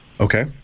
okay